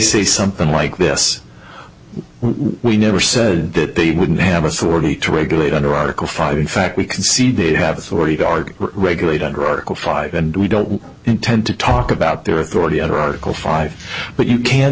say something like this we never said that they wouldn't have authority to regulate under article five in fact we concede they have authority guard regulate under article five and we don't intend to talk about their authority under article five but you can